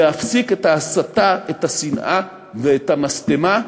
להפסיק את ההסתה, את השנאה ואת המשטמה,